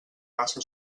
massa